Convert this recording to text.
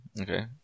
Okay